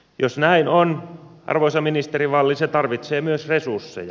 jos näin on arvoisa ministeri wallin se tarvitsee myös resursseja